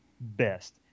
best